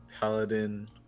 paladin